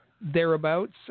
Thereabouts